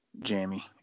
jammy